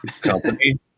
company